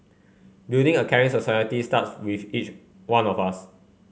building a caring society starts with each one of us